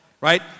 Right